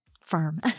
firm